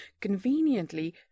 Conveniently